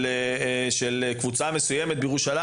של קבוצה חרדית מסוימת בירושלים.